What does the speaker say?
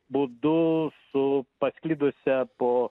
būdu su pasklidusia po